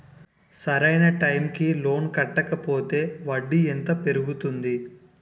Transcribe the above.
సరి అయినా టైం కి లోన్ కట్టకపోతే వడ్డీ ఎంత పెరుగుతుంది?